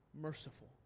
merciful